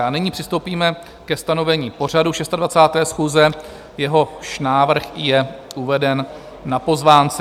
A nyní přistoupíme ke stanovení pořadu 26. schůze, jehož návrh je uveden na pozvánce.